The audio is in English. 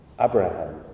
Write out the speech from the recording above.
Abraham